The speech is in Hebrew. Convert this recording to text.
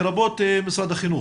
לרבות משרד החינוך.